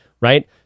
Right